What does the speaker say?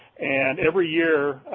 and every year,